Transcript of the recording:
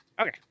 Okay